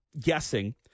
guessing